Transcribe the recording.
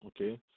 Okay